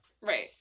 Right